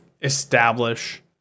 establish